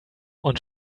und